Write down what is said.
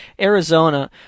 Arizona